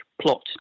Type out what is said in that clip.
plot